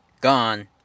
gone